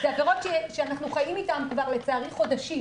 אלה עבירות שאנחנו חיים איתן כבר חודשים, לצערי.